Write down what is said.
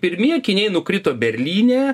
pirmi akiniai nukrito berlyne